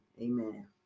amen